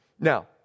Now